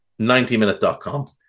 90minute.com